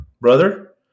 brother